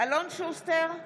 אלון שוסטר,